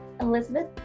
Elizabeth